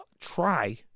try